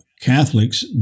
Catholics